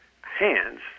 hands